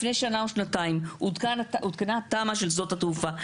לפני שנה או שנתיים עודכנה התמ"א של שדות התעופה.